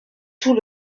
tout